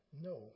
No